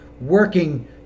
working